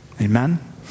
Amen